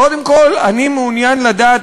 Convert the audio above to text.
קודם כול אני מעוניין לדעת,